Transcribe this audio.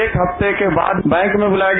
एक हफ्ते के बाद बैंक में बुलाया गया